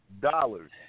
dollars